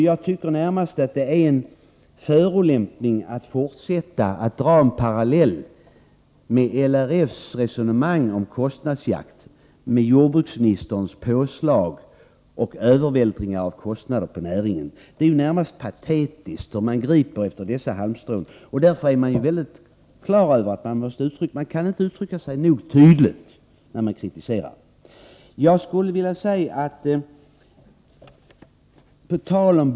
Jag tycker närmast att det är en förolämpning att fortsätta att dra en parallell mellan LRF:s resonemang om kostnadsjakt och jordbruksministerns påslag och övervältring av kostnaderna på näringen. Det är närmast patetiskt att gripa efter ett sådant halmstrå. Man kan alltså inte uttrycka sig nog tydligt när man kritiserar jordbruksministern.